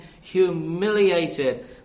humiliated